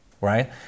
right